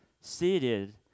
seated